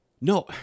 No